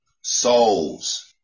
Souls